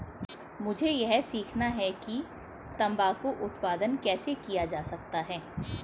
मुझे यह सीखना है कि तंबाकू उत्पादन कैसे किया जा सकता है?